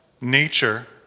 nature